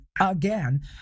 again